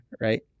right